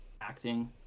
acting